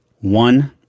One